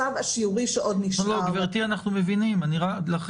שבמצב שאנחנו נמצאים אני מבין את העובדה